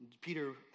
Peter